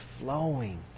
flowing